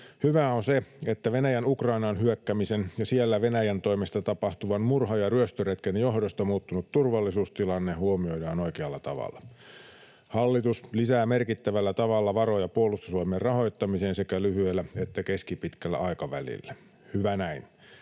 Hyvää on se, että Venäjän Ukrainaan hyökkäämisen ja siellä Venäjän toimesta tapahtuvan murha- ja ryöstöretken johdosta muuttunut turvallisuustilanne huomioidaan oikealla tavalla. Hallitus lisää merkittävällä tavalla varoja Puolustusvoimien rahoittamiseen sekä lyhyellä että keskipitkällä aikavälillä — hyvä näin.